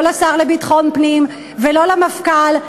לא לשר לביטחון פנים ולא למפכ"ל,